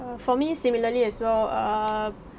err for me similarly as well err